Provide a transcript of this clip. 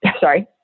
sorry